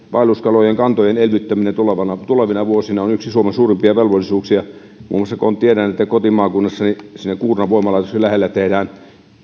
vaelluskalojen kantojen elvyttäminen tulevina vuosina on yksi suomen suurimpia velvollisuuksia muun muassa tiedän että kotimaakunnassani kuurnan voimalaitoksen lähellä tehdään